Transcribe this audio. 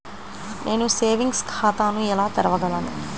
నేను సేవింగ్స్ ఖాతాను ఎలా తెరవగలను?